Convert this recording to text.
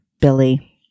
Billy